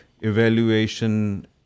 evaluation